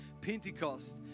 Pentecost